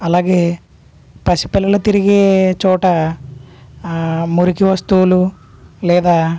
అలాగే పసిపిల్లలు తిరిగే చోట మురికి వస్తువులు లేదా